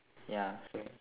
ya